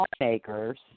lawmakers